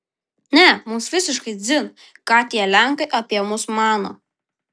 ne mums visiškai dzin ką tie lenkai apie mus mano